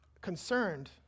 concerned